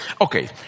Okay